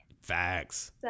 Facts